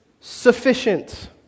sufficient